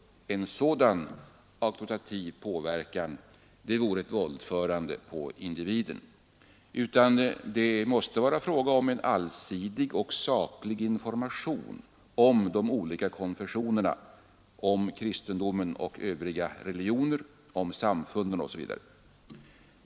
En sådan auktoritativ påverkan vore ett våldförande på individen. Det måste i stället vara fråga om en allsidig och saklig information om de olika konfessionerna, om kristendomen och övriga religioner, om samfunden osv.